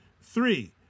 Three